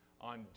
On